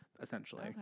essentially